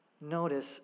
notice